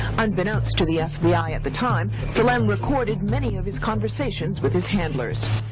unbeknownst to the fbi at the time salem recorded many of his conversations with his handlers.